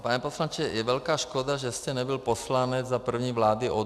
Pane poslanče, je velká škoda, že jste nebyl poslanec za první vlády ODS.